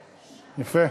יפה,